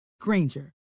Granger